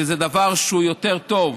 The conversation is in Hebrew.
שזה דבר שהוא יותר טוב,